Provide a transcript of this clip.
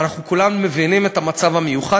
אנחנו כולנו מבינים את המצב המיוחד,